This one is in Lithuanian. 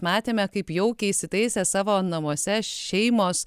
matėme kaip jaukiai įsitaisę savo namuose šeimos